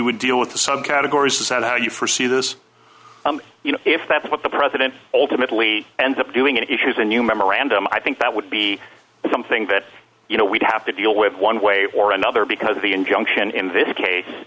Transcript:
would deal with the subcategories dissent how you forsee this you know if that's what the president ultimately ends up doing and issues a new memorandum i think that would be something that you know we'd have to deal with one way or another because the injunction in this case